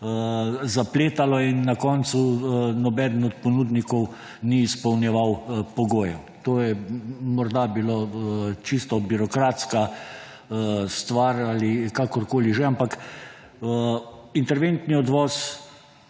zapletalo in na koncu nobeden od ponudnikov ni izpolnjeval pogojev. To je morda bila čisto birokratska stvar ali kakorkoli že, ampak interventni odvoz